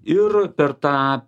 ir per tą